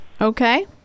okay